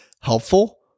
helpful